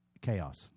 Chaos